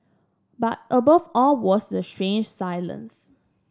but above all was the strange silence